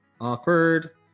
awkward